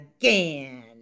again